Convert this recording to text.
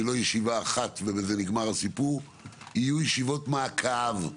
לא ישיבה אחת ובזה נגמר הסיפור אלא יהיו ישיבות מעקב.